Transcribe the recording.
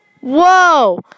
Whoa